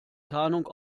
tarnung